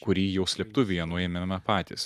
kurį jau slėptuvėje nuėmėme patys